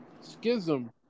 Schism